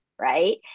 Right